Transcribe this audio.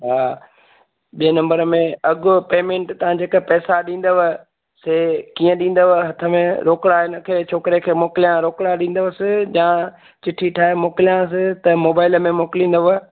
हा ॿिए नंबर में अघि पेमेंट तव्हां जेके पेसा ॾींदव से कीअं ॾींदव हथ में रोकड़ा इनखे छोकिरे खे मोकिलिया रोकड़ा ॾींदवसि या चिठी ठाहे मोकिलियांसि त मोबाइल में मोकिलिंदव